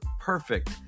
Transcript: perfect